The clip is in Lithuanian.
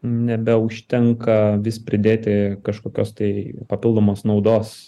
nebeužtenka vis pridėti kažkokios tai papildomos naudos